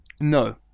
No